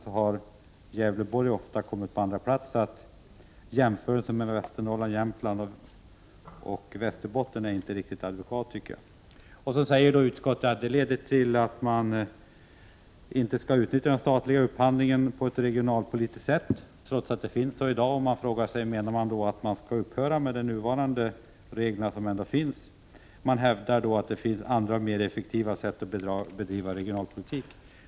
Så har det varit under lång tid. Jämförelsen med Västernorrland, Jämtland och Västerbotten är inte riktigt adekvat. Utskottet säger vidare att detta leder utskottet till slutsatsen att man inte skall utnyttja den statliga upphandlingen som regionalpolitiskt medel, trots att detta sker i dag. Menar utskottet att man skall upphöra att tillämpa de regler som finns? Utskottet hävdar att det finns andra och mer effektiva sätt att bedriva regionalpolitik.